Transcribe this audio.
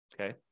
Okay